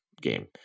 game